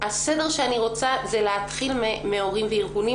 הסדר שאני רוצה הוא להתחיל מהורים וארגונים,